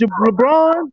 LeBron